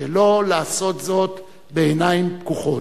שלא לעשות זאת בעיניים פקוחות.